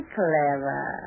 clever